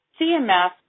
CMS